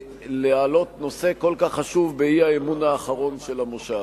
להעלות נושא כל כך חשוב באי-אמון האחרון של המושב.